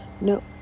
No